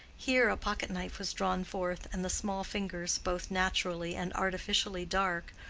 here a pocket-knife was drawn forth, and the small fingers, both naturally and artificially dark,